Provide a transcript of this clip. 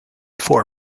for